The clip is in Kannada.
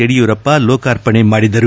ಯಡಿಯೂರಪ್ಪ ಲೋಕಾರ್ಪಣೆ ಮಾಡಿದರು